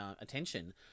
attention